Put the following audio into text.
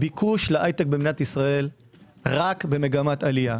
הביקוש להייטק במדינת ישראל רק במגמת עלייה.